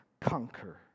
conquer